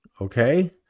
Okay